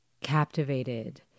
captivated